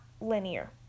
linear